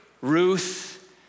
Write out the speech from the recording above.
Ruth